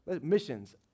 missions